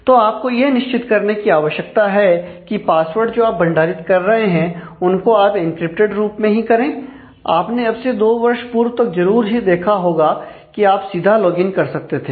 तो आपको यह निश्चित करने की आवश्यकता है की पासवर्ड जो आप भंडारित कर रहे हैं उनको आप एंक्रिप्टेड रूप में ही करें आपने अब से 2 वर्ष पूर्व तक जरूरी है देखा होगा कि आप सीधा लॉगिन कर सकते थे